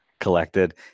Collected